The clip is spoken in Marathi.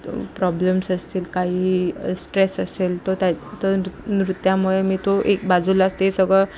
प्रॉब्लेम्स असतील काहीही स्ट्रेस असेल तो त्या तो नृत्या नृत्यामुळे मी तो एक बाजूला ते सगळं